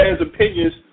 opinions